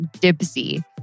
Dipsy